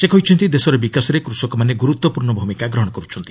ସେ କହିଛନ୍ତି ଦେଶର ବିକାଶରେ କୃଷକମାନେ ଗୁରୁତ୍ୱପୂର୍ଣ୍ଣ ଭୂମିକା ଗ୍ରହଣ କରୁଛନ୍ତି